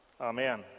Amen